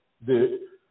de